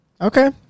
Okay